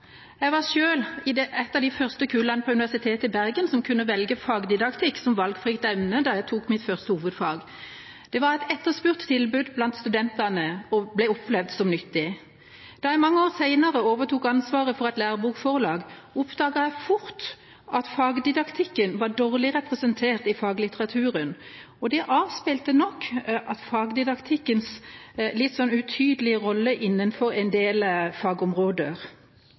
Jeg var selv i et av de første kullene ved Universitetet i Bergen som kunne velge fagdidaktikk som valgfritt emne da jeg tok mitt første hovedfag. Det var et etterspurt tilbud blant studentene og ble opplevd som nyttig. Da jeg mange år senere overtok ansvaret for et lærebokforlag, oppdaget jeg fort at fagdidaktikken var dårlig representert i faglitteraturen, og det avspeilet nok fagdidaktikkens litt utydelige rolle innenfor en del fagområder.